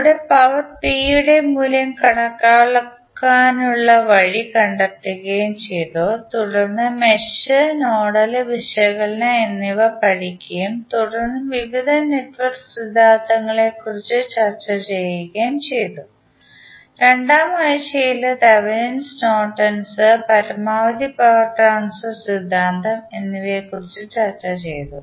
അവിടെ power P യുടെ മൂല്യം കണക്കാക്കാനുള്ള വഴി കണ്ടെത്തുകയും ചെയ്തു തുടർന്ന് മെഷ് നോഡൽ വിശകലനം എന്നിവ പഠിക്കുകയും തുടർന്ന് വിവിധ നെറ്റ്വർക്ക് സിദ്ധാന്തങ്ങളെക്കുറിച്ച് ചർച്ച ചെയ്യുകയും ചെയ്തു രണ്ടാം ആഴ്ചയിൽ തെവെനിൻസ് നോർട്ടൺസ് പരമാവധി പവർ ട്രാൻസ്ഫർ സിദ്ധാന്തം എന്നിവയെക്കുറിച്ച് ചർച്ച ചെയ്തു